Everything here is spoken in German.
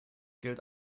gilt